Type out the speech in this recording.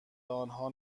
آنها